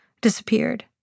disappeared